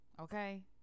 okay